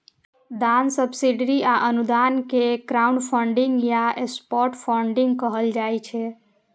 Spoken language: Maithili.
दान, सब्सिडी आ अनुदान कें क्राउडफंडिंग या सॉफ्ट फंडिग कहल जाइ छै